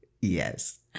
Yes